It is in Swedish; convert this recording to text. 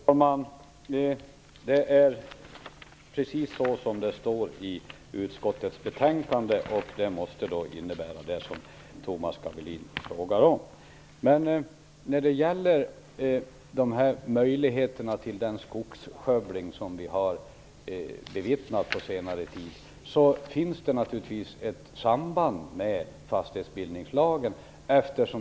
Fru talman! Det är precis som det står i utskottets betänkande. Det måste innebära det Torsten Gavelin frågar om. När det gäller den skogsskövling vi har bevittnat under den senaste tiden finns det naturligtvis ett samband med fastighetsbildningslagen.